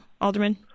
Alderman